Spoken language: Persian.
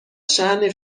شأن